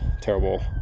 terrible